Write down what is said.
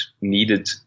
needed